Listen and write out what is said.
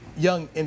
young